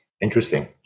Interesting